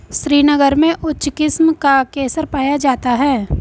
श्रीनगर में उच्च किस्म का केसर पाया जाता है